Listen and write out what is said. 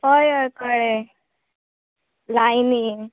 अय अय कळ्ळें लायनीन